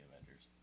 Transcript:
Avengers